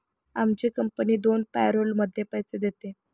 आमची कंपनी दोन पॅरोलमध्ये पैसे देते